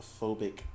phobic